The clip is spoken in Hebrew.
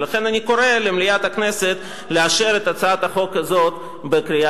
ולכן אני קורא למליאת הכנסת לאשר את הצעת החוק הזאת בקריאה